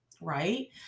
right